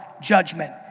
Judgment